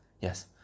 Yes